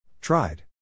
Tried